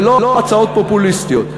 ולא הצעות פופוליסטיות.